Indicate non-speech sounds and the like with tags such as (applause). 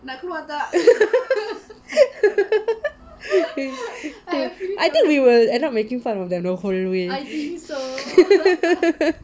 (laughs) I think we will end up making fun of them the whole way (laughs)